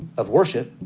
of worship